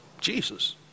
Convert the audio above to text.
jesus